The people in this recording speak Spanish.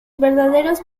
verdaderos